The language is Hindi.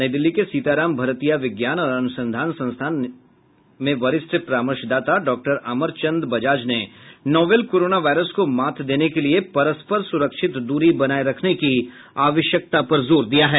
नई दिल्ली के सीताराम भरतिया विज्ञान और अनुसंधान संस्थान नई दिल्ली में वरिष्ठ परामर्शदाता डॉक्टर अमरचंद बजाजने नोवेल कोरोना वायरस को मात देने के लिए परस्पर सुरक्षित दूरी बनाए रखने की आवश्यकता पर जोर दिया है